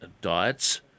diets